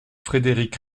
frédéric